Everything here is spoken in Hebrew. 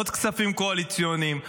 עוד כספים קואליציוניים,